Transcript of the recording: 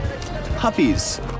puppies